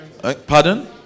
Pardon